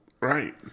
Right